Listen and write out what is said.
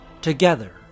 Together